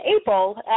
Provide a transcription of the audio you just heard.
April